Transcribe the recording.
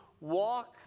walk